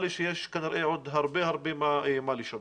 לי שיש כנראה עוד הרבה הרבה מה לשפר.